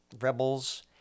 rebels